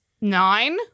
nine